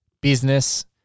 business